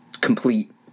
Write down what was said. complete